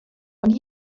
when